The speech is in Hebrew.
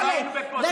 אם לא היינו בפוזיציה,